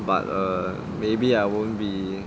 but err maybe I won't be